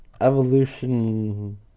evolution